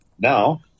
Now